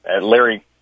Larry